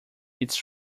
its